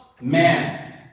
man